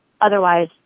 Otherwise